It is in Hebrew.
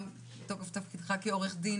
גם בתוקף תפקידך כעו"ד,